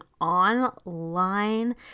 online